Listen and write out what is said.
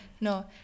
no